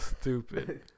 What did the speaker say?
Stupid